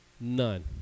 None